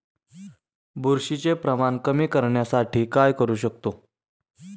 बुरशीचे प्रमाण कमी करण्यासाठी काय करू शकतो?